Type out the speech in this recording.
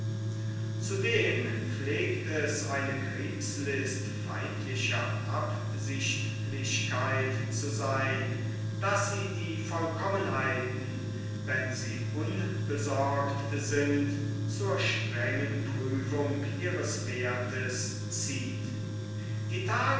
zudem pflegt es eine kriegslist feindlicher absichtlichkeit zu seyn daß sie die vollkommenheiten wann sie unbesorgt sind zur strengen prüfung ihres werthes zieht die tage